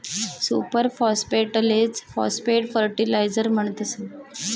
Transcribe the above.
super फास्फेटलेच phosphate fertiliser म्हणतस